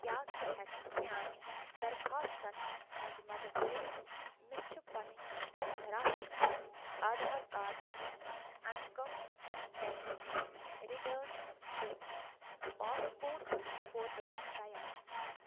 کیٛاہ ژٕ ہٮ۪کہٕ میانہِ درخواستن منٛز مدد کٔرِتھ مےٚ چھِ پنٕنۍ ration card Aadhaar card income tax return تہٕ پاسپوٹ فوٹو تیار